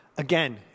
Again